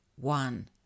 one